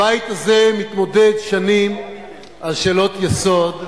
הבית הזה מתמודד שנים עם שאלות יסוד,